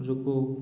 रुको